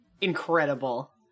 Incredible